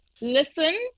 listen